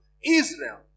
Israel